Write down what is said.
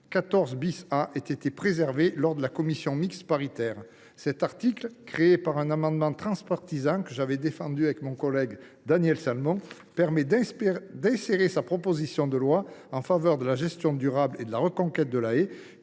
14 A ait été préservé lors de la commission mixte paritaire. Cet article, créé par un amendement transpartisan que j’avais défendu avec mon collègue Daniel Salmon, permet d’insérer dans le texte sa proposition de loi en faveur de la gestion durable et de la reconquête de la haie,